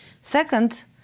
Second